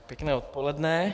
Pěkné odpoledne.